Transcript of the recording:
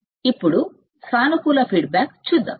ఇప్పుడు సానుకూల ఫీడ్బ్యాక్ చూద్దాం